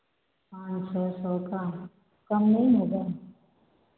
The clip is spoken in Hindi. पाँच छः सौ का कम नहीं होगा